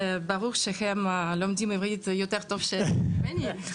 וברור שהם לומדים עברית יותר טוב ממני.